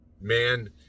Man